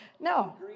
No